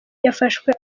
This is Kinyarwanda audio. yafashwe